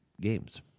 games